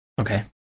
Okay